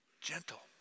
gentle